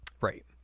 right